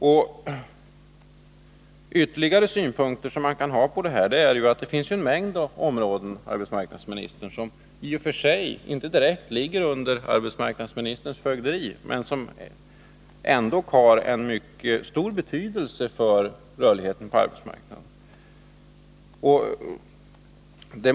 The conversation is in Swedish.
Enytterligare synpunkt är att det finns en mängd områden som i och för sig inte direkt ligger under arbetsmarknadsministerns fögderi men som ändå har en mycket stor betydelse för rörligheten på arbetsmarknaden.